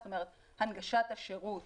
זאת אומרת הנגשת השירות